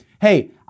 hey